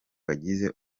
bagize